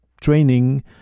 training